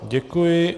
Děkuji.